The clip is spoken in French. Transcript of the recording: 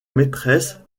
maîtresse